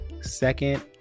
Second